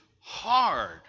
hard